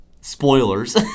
spoilers